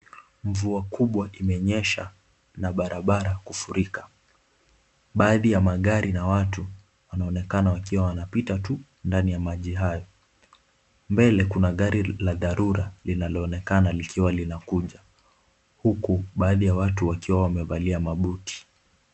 Mvua kubwa imenyesha na barabara kufurika. Baadhi ya magari na watu, wanaonekana wanapita tu ndani ya maji hayo, mbele kuna gari la dharura linaloonekana kuwa linakuja huku baadhi ya watu wakiwa wamevalia mabuti.